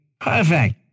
perfect